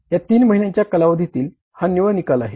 या तीन महिन्यांच्या कालावधीतील हा निव्वळ निकाल आहे